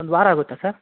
ಒಂದು ವಾರ ಆಗುತ್ತಾ ಸರ್